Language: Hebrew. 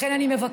לכן אני מבקשת